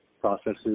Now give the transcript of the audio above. processes